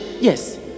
Yes